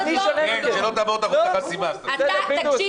כשלא תעבור את אחוז החסימה אז אתה תבין.